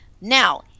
Now